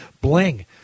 Bling